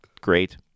Great